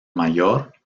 mayor